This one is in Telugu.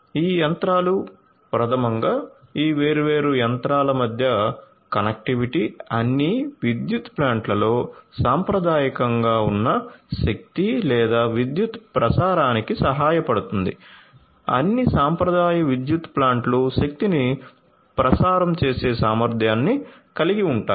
ఈ యంత్రాలు ప్రధమంగా ఈ వేర్వేరు యంత్రాల మధ్య కనెక్టివిటీ అన్ని విద్యుత్ ప్లాంట్లలో సాంప్రదాయకంగా ఉన్న శక్తి లేదా విద్యుత్ ప్రసారానికి సహాయపడుతుంది అన్ని సాంప్రదాయ విద్యుత్ ప్లాంట్లు శక్తిని ప్రసారం చేసే సామర్థ్యాన్ని కలిగి ఉంటాయి